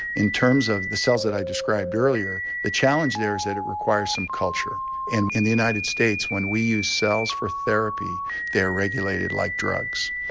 in terms of the cells that i described earlier, the challenge there is that it requires some culture and in the united states when we use cells for therapy they're regulated like drugs.